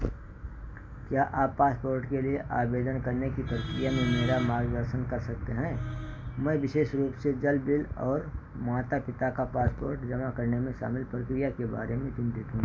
क्या आप पासपोर्ट के लिए आवेदन करने की प्रक्रिया में मेरा मार्गदर्शन कर सकते हैं मैं विशेष रूप से जल बिल और माता पिता का पासपोर्ट जमा करने में शामिल प्रक्रिया के बारे में चिंतित हूँ